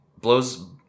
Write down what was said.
blows